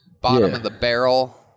Bottom-of-the-barrel